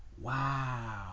wow